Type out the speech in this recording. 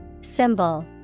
Symbol